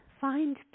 Find